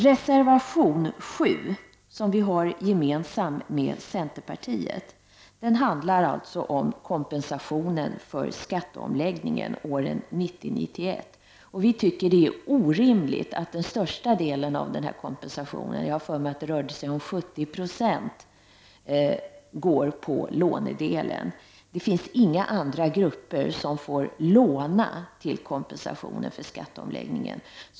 Reservation 7, som vi har gemensamt med centerpartiet, handlar om kompensationen för skatteomläggningen åren 1990-1991. Vi tycker att det är orimligt att den största delen av kompensationen — jag har för mjg att det rör sig om 70 Yo — går på lånedelen. Inga andra grupper får låna till kompensationen för skatteomläggningen.